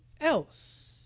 else